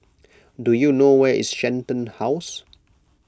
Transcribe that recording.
do you know where is Shenton House